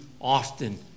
often